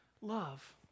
love